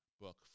book